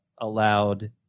allowed